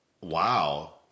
wow